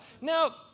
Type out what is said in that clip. Now